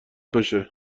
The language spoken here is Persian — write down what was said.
باشه